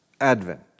advent